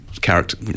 character